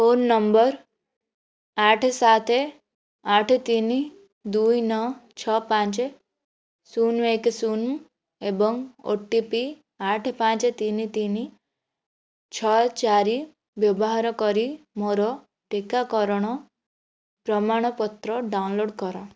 phone ନମ୍ବର ଆଠେ ସାତେ ଆଠେ ତିନ ଦୁଇ ନଅ ଛଅ ପାଞ୍ଚେ ଶୂନ ଏକେ ଶୂନ ଏବଂ ଓ ଟି ପି ଆଠେ ପାଞ୍ଚେ ତିନ ତିନ ଛଅ ଚାରି ବ୍ୟବହାର କରି ମୋର ଟିକାକରଣ ପ୍ରମାଣପତ୍ର ଡାଉନଲୋଡ଼୍ କର